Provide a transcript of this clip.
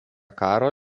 karo